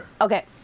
Okay